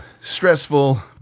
stressful